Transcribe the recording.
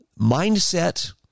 mindset